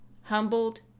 humbled